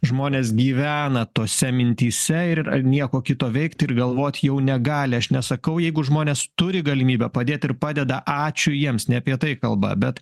žmonės gyvena tose mintyse ir ar nieko kito veikt ir galvot jau negali aš nesakau jeigu žmonės turi galimybę padėt ir padeda ačiū jiems ne apie tai kalba bet